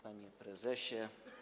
Panie Prezesie!